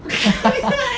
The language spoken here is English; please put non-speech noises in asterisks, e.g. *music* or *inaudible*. *laughs*